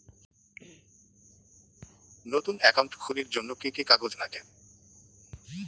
নতুন একাউন্ট খুলির জন্যে কি কি কাগজ নাগে?